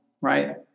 right